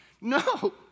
No